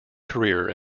career